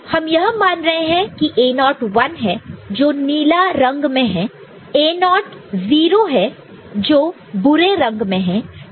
तो हम यह मान रहे हैं की A0 1 है जो नीला रंग में है A0 0 है जो बुरे रंग में है